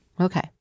Okay